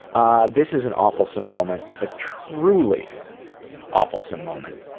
ah, this is an awefulsome moment, a truly awefulsome moment.